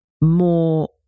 more